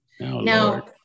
Now